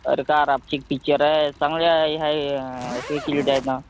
अरे काय रापचिक पिच्चर आहे चांगले आहे हे केली डायेक नं